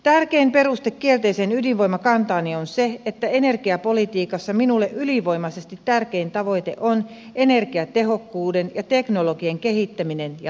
tärkein peruste kielteiseen ydinvoimakantaani on se että energiapolitiikassa minulle ylivoimaisesti tärkein tavoite on energiatehokkuuden ja teknologian kehittäminen ja vahvistaminen